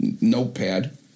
notepad